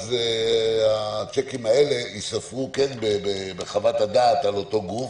ואז הצ'קים האלה ייספרו כן בחוות הדעת על אותו גוף,